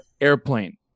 airplane